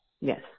Yes